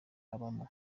abamo